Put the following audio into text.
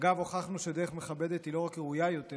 אגב, הוכחנו שדרך מכבדת היא לא רק ראויה יותר